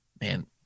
Man